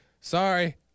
Sorry